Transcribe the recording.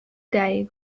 day